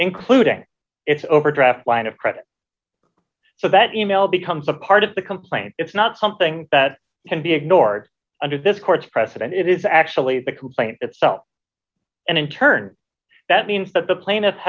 including its overdraft line of credit so that e mail becomes a part of the complaint it's not something that can be ignored under this court's precedent it is actually the complaint itself and in turn that means that the pla